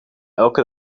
elke